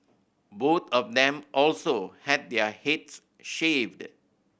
both of them also had their heads shaved